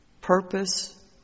purpose